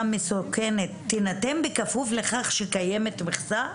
מסוכנות תינתן בכפוף לכך שקיימת מכסה?